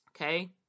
Okay